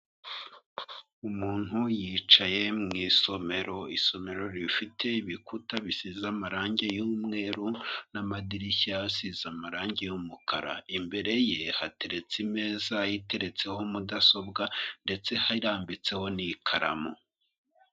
Umuntu yicaye mu isomero, isomero rifite ibikuta bisize amarangi y'umweru, n'amadirishya asize amarangi y'umukara. Imbere ye, hateretse imeza iteretseho mudasobwa, ndetse harambitseho n'ikaramu.